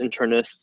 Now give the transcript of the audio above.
internists